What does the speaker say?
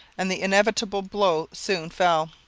and the inevitable blow soon fell.